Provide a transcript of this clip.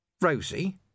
Rosie